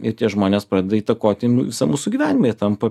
ir tie žmonės pradeda įtakoti nu visą mūsų gyvenimą jie tampa